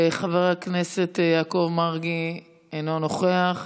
חבר הכנסת יעקב מרגי, אינו נוכח.